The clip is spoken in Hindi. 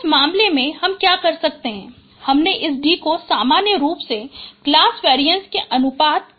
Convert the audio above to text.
तो उस मामले में हम क्या कर सकते हैं हमने इस D को सामान्य रूप से क्लास वेरिएंस के अनुपात के अनुसार किया